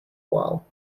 while